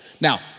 now